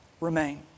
remain